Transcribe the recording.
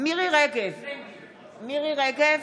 מירי מרים רגב,